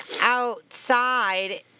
outside